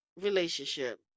relationship